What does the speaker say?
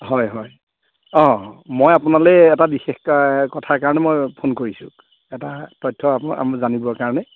হয় হয় অ' মই আপোনালৈ এটা বিশেষ কথাৰ কাৰণে মই ফোন কৰিছোঁ এটা তথ্য আপোনাৰ জানিবৰ কাৰণে